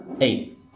Eight